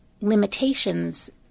limitations